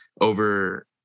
over